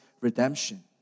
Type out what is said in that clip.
redemption